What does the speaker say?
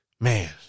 man